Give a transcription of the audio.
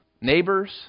neighbors